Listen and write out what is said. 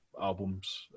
albums